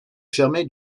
fermée